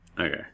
Okay